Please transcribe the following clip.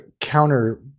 counter